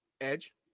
Edge